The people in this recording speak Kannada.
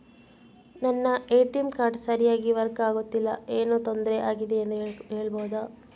ನನ್ನ ಎ.ಟಿ.ಎಂ ಕಾರ್ಡ್ ಸರಿಯಾಗಿ ವರ್ಕ್ ಆಗುತ್ತಿಲ್ಲ, ಏನು ತೊಂದ್ರೆ ಆಗಿದೆಯೆಂದು ಹೇಳ್ಬಹುದಾ?